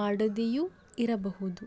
ಮಾಡದೆಯೂ ಇರಬಹುದು